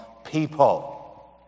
People